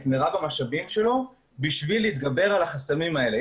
מרב המשאבים שלו בשביל להתגבר על החסמים האלה.